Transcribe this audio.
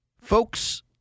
Folks